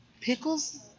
Pickles